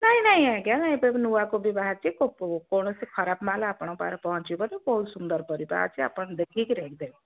ନାଇଁ ନାଇଁ ଆଜ୍ଞା ଏବେ ନୂଆ କୋବିି ବାହାରିଛି କୌଣସି ଖରାପ ମାଲ୍ ଆପଣଙ୍କ ପାଖରେ ପହଞ୍ଚିବନି ବହୁତ ସୁନ୍ଦର ପରିବା ଅଛି ଆପଣ ଦେଖିକି ରେଟ୍ ଦେବେ